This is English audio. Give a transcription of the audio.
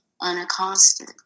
unaccosted